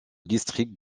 district